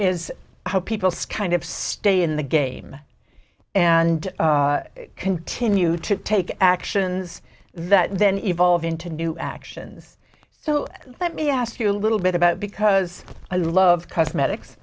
is how people stay in the game and continue to take actions that then evolve into new actions so let me ask you a little bit about because i love cosmetics